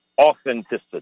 authenticity